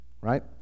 right